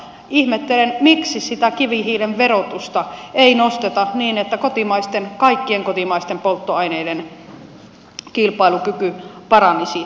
ihmettelen miksi sitä kivihiilen verotusta ei nosteta niin että kaikkien kotimaisten polttoaineiden kilpailukyky paranisi